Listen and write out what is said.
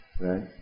right